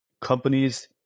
companies